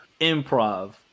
improv